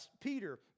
Peter